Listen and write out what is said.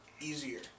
easier